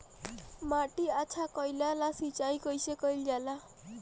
माटी अच्छा कइला ला सिंचाई कइसे कइल जाला?